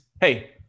Hey